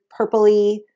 purpley